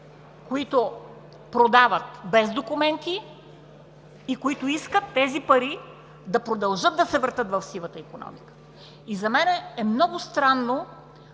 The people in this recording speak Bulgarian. които продават без документи и които искат тези пари да продължат да се въртят в сивата икономика. За мен е много странно,